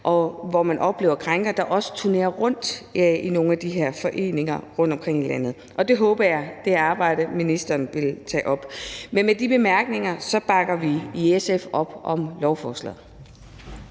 og hvor man oplever krænkere, der også turnerer rundt i nogle af de her foreninger rundtomkring i landet. Det arbejde håber jeg at ministeren vil tage op. Men med de bemærkninger bakker vi i SF op om lovforslaget.